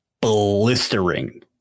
blistering